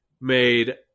made